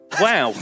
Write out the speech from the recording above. Wow